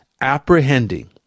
apprehending